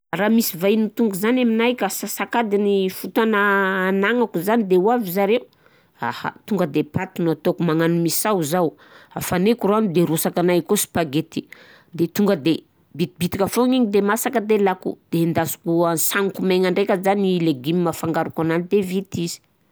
Raha misy vahiny tonga zany aminay ka asasa-kadiny fotoana anagnako zany de oavy zareo, aha! Tonga de paty no ataoko, magnano misao zaho, hafanaiko rano de arosakinay akao spaghetti de tonga de bitibitika foana igny de masaka de alako de endasiko asagniko maigna ndraika zany légume afangaroko anany de vita izy.